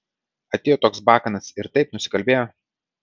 atėjo toks bakanas ir taip nusikalbėjo